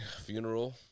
funeral